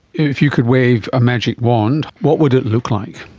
if you could wave a magic wand, what would it look like?